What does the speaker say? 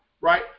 right